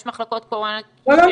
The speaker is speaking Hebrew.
יש מחלקות קורונה ש --- לא,